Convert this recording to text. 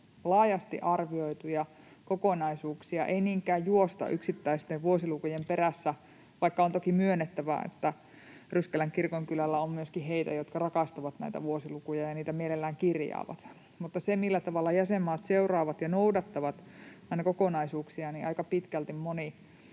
laajasti arvioituja kokonaisuuksia, ei niinkään juosta yksittäisten vuosilukujen perässä — vaikka on toki myönnettävä, että Ryskälän kirkonkylällä on myöskin heitä, jotka rakastavat näitä vuosilukuja ja niitä mielellään kirjaavat. Sillä, millä tavalla jäsenmaat seuraavat ja noudattavat kokonaisuuksia, aika pitkälti moni